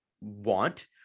want